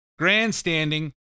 grandstanding